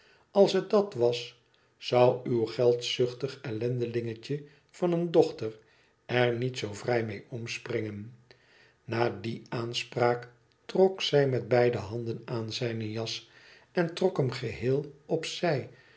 als het dat was zou uw geldzuchtig ellendelingetje van een dochter er niet zoo vrij mee omspringen na die aanspraak trok zij met beide handen aan zijne jas en trok hem geheel op